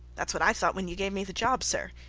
thats what i thought when you gave me the job, sir,